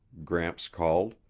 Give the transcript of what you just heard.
gramps called.